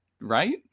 right